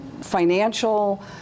financial